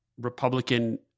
Republican